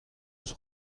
eus